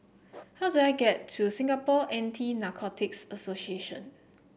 how do I get to Singapore Anti Narcotics Association